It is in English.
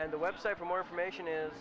and the website for more information is